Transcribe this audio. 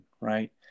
right